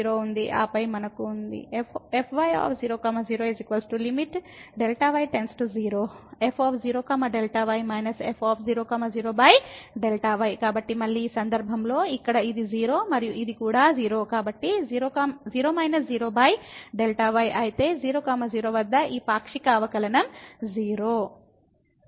ఆపై మనకు క్రింది equation fy0 0 Δy 0 f 0 Δy − f 0 0Δy కాబట్టి మళ్ళీ ఈ సందర్భంలో ఇక్కడ ఇది 0 మరియు ఇది కూడా 0 కాబట్టి 0 − 0Δy కాబట్టి 0 0 వద్ద ఈ పాక్షిక అవకలనం 0